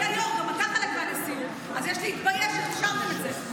ויש להתבייש בעניין.